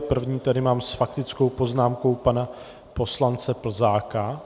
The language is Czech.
První tady mám s faktickou poznámkou pana poslance Plzáka.